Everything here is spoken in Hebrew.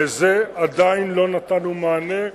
לזה עדיין לא נתנו מענה,